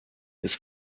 his